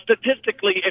Statistically